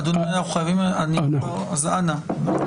אדוני, אנחנו חייבים לסיים, אז אנא.